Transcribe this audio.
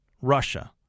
russia